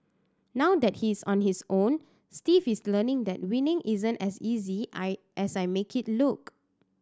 now that he is on his own Steve is learning that winning isn't as easy I as I make it look